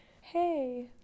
hey